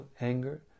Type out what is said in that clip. anger